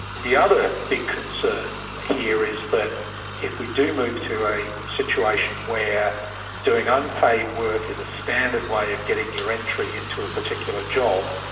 the other big concern here is that if we do move to a situation where doing unpaid work is a standard way of getting your entry into a particular job,